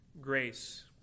grace